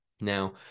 Now